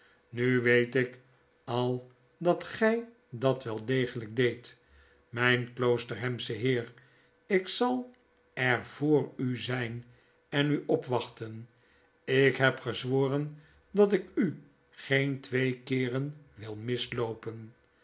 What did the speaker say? nu weet ik al dat gy dat wel deg'elyk deedt mijn kloosterhamsche heer ik zal er voor u zyn en u opwachten ik heb gezworen dat ik u geen twee keeren wil misloopen